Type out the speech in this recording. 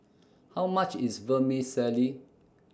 How much IS Vermicelli